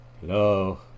Hello